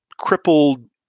crippled